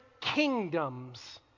kingdoms